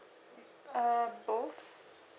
uh both